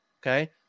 Okay